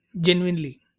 genuinely